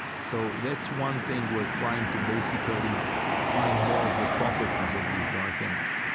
so that's one thing we're trying to basically find more of the properties of this dark energy.